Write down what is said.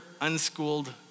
unschooled